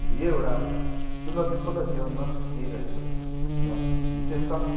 अन्त यही एउटा चुनौतीपूर्ण जीवनमा यही रहेको छ र विशेष त